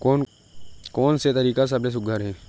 कोन से तरीका का सबले सुघ्घर हे?